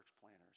planners